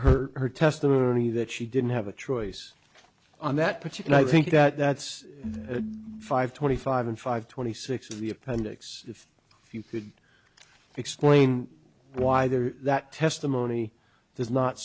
her testimony that she didn't have a choice on that particular i think that that's five twenty five and five twenty six in the appendix if you could explain why there is that testimony does not